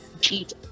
cheat